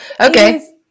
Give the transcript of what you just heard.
Okay